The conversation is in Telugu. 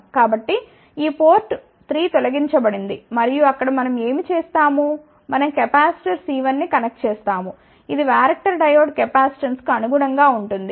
కాబట్టి ఈ పోర్ట్ 3 తొలగించబడింది మరియు అక్కడ మనం ఏమి చేస్తాము మనం కెపాసిటర్ C1 ని కనెక్ట్ చేస్తాము ఇది వ్యారక్టర్ డయోడ్ కెపాసిటెన్స్కు అనుగుణంగా ఉంటుంది